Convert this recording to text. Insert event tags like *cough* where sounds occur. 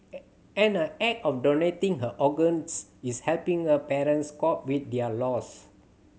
*unintelligible* and her act of donating her organs is helping her parents cope with their loss